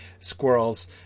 squirrels